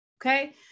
okay